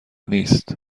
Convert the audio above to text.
نیست